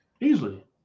easily